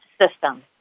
system